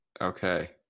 Okay